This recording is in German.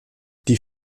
die